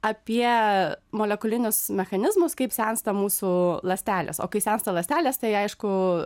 apie molekulinius mechanizmus kaip sensta mūsų ląstelės o kai sensta ląstelės tai aišku